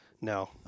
No